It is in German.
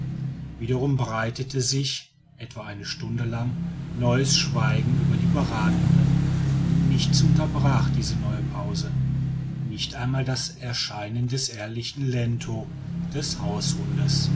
wiederum breitete sich etwa eine stunde lang neues schweigen über die berathenden und nichts unterbrach diese neue pause nicht einmal das erscheinen des ehrlichen lento des haushundes